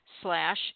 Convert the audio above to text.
slash